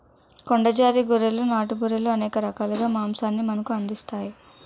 కొండ జాతి గొర్రెలు నాటు గొర్రెలు అనేక రకాలుగా మాంసాన్ని మనకు అందిస్తాయి